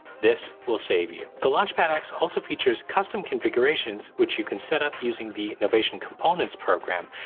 this will save you. the launchpad x also features custom configurations which you can set up using the novation components program.